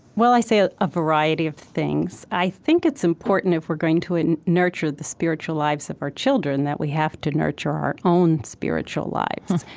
well, i say a ah variety of things. i think it's important if we're going to and nurture the spiritual lives of our children that we have to nurture our own spiritual lives.